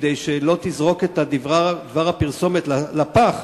כדי שלא תזרוק את דבר הפרסומת לפח,